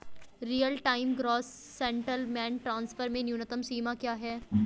Real time gross settlement transfer में न्यूनतम सीमा क्या है?